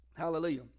Hallelujah